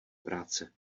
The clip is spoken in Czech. práce